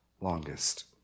longest